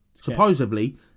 supposedly